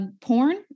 porn